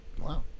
Wow